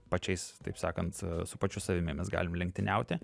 pačiais taip sakant su pačiu savimi mes galim lenktyniauti